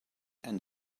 and